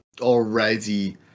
already